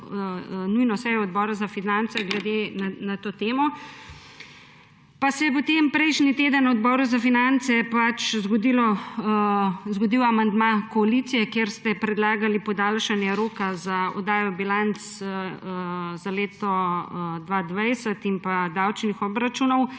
Odbora za finance na to temo. Pa se je o tem v prejšnjem tednu na Odboru za finance pač zgodil amandma koalicije, kjer ste predlagali podaljšanje roka za oddajo bilanc za leto 2020 in davčnih obračunov